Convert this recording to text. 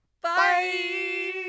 bye